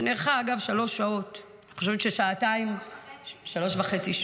שארכה, אגב, שלוש שעות -- שלוש וחצי.